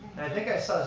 think i saw